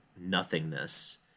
nothingness